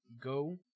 Go